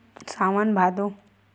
सावन भादो